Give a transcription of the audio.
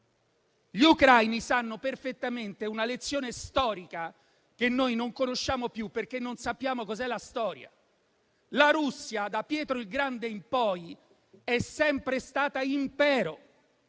Gli ucraini sanno perfettamente una lezione storica che noi non conosciamo più, perché non sappiamo cos'è la storia. La Russia, da Pietro il Grande in poi, è sempre stata un impero,